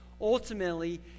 Ultimately